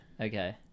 Okay